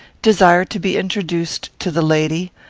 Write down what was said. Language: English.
desire to be introduced to the lady,